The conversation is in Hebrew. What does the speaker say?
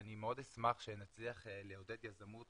ואני מאוד אשמח שנצליח לעודד יזמות